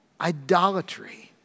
idolatry